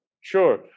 Sure